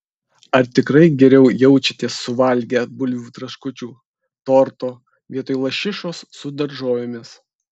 ar tikrai geriau jaučiatės suvalgę bulvių traškučių torto vietoj lašišos su daržovėmis